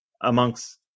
amongst